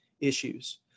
issues